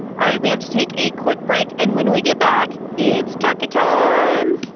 all right, we have to take a quick break. and when we get back, it's turkey time